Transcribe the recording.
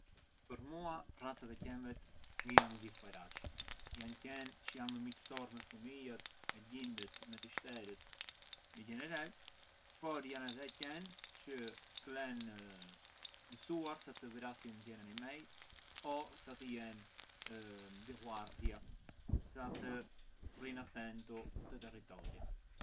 Për mua racat e qenvet ngë janë gjithë paraç, janë qenë çë jane më miqësorë me fumijat, me gjindet, me të shterët në gjenerell, por janë edhe qenë çë klenë mësuar sa të vrasjën tjerë animej o sa të jenë di ghuardhja, sa të rrinë atentu te territori.